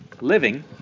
living